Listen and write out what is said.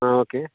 ಹಾಂ ಓಕೆ